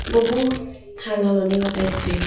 বহু সাল সলনি ঘটাইছে